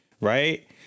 right